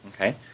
Okay